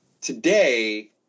Today